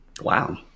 Wow